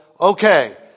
okay